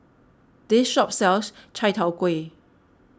this shop sells Chai Tow Kway